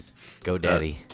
GoDaddy